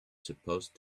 supposed